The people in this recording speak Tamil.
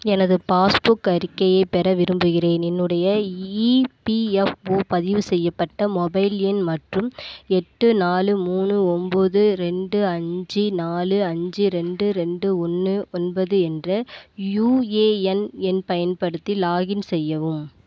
எனது பாஸ்புக் அறிக்கையைப் பெற விரும்புகிறேன் என்னுடைய இபிஎஃப்ஓ பதிவு செய்யப்பட்ட மொபைல் எண் மற்றும் எட்டு நாலு மூணு ஒம்பது ரெண்டு அஞ்சு நாலு அஞ்சு ரெண்டு ரெண்டு ஒன்று ஒன்பது என்ற யூஏஎன் எண் பயன்படுத்தி லாக்இன் செய்யவும்